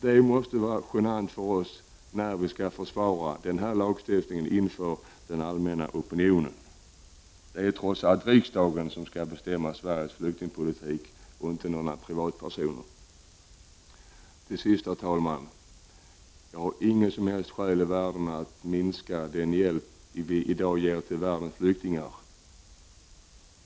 Det måste vara genant att försvara den lagstiftningen inför den allmänna opinionen! Det är trots allt riksdagen som skall bestämma Sveriges flyktingpolitik, inte några privatpersoner. Till sist, herr talman! Jag finner inga som helst skäl att minska den hjälp vi ger till världens flyktingar.